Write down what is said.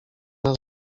nas